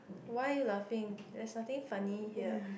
why are you laughing there's nothing funny here